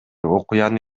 окуяны